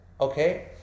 Okay